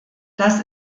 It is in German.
das